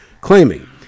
claiming